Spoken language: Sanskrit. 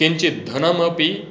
किञ्चित् धनमपि